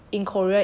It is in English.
fried chicken is